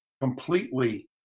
completely